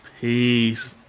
Peace